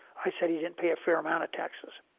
i said he didn't pay a fair amount of taxes